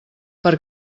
per